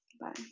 Bye